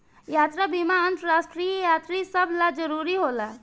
यात्रा बीमा अंतरराष्ट्रीय यात्री सभ ला जरुरी होला